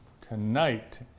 tonight